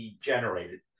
generated